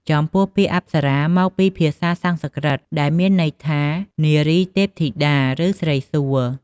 ចំពោះ ពាក្យ "អប្សរា" មកពីភាសាសំស្ក្រឹត ដែលមានន័យថា "នារីទេពធីតា" ឬ "ស្រីសួគ៌"។